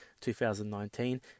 2019